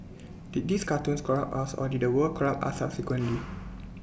did these cartoons corrupt us or did the world corrupt us subsequently